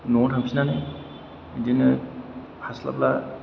न'आव थांफिननानै बिदिनो हास्लाबला